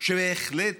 שבהחלט